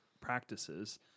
practices